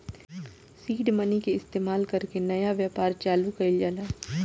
seed money के इस्तमाल कर के नया व्यापार चालू कइल जाला